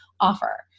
offer